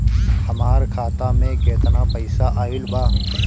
हमार खाता मे केतना पईसा आइल बा?